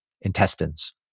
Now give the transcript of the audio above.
intestines